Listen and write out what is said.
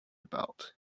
about